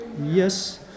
Yes